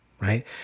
Right